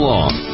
Long